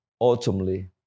ultimately